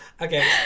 Okay